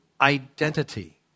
identity